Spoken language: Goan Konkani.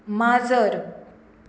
माजर